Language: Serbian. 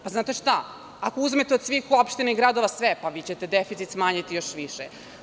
Pa, znate šta, ako uzmete od svih opština i gradova sve, pa vi ćete deficit smanjiti još više.